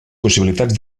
possibilitats